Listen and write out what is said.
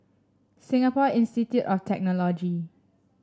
Singapore Institute of Technology